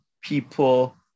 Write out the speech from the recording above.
people